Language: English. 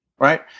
Right